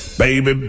baby